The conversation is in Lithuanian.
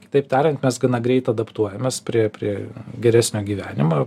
kitaip tariant mes gana greitai adaptuojamės prie prie geresnio gyvenimo